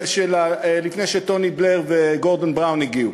לפני שטוני בלייר וגורדון בראון הגיעו.